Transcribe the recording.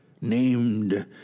named